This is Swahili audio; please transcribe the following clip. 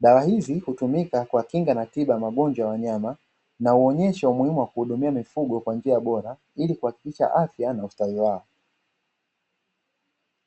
dawa hizi hutumika kuwakinga na tiba za wanyama na huonyesha umuhimu wa kuwahudumia mifugo kwa njia bora ili kuhakikisha afya na ustawi wao.